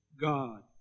God